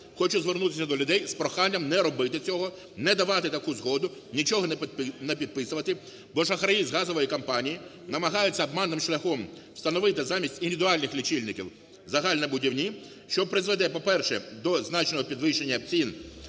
Хочу звернутися до людей з проханням не робити цього, не давати таку згоду, нічого не підписувати. Бо шахраї з газової компанії намагаються обманним шляхом встановити замість індивідуальних лічильників загальнобудівні, що призведе, по-перше, до значного підвищення цін